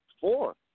four